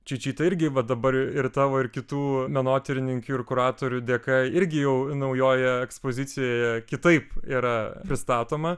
čeičytė irgi va dabar ir tavo ir kitų menotyrininkių ir kuratorių dėka irgi jau naujojoje ekspozicijoje kitaip yra pristatoma